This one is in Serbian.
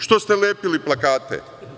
Što ste lepili plakate?